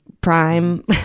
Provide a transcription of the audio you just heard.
prime